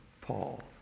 Paul